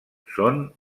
són